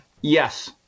Yes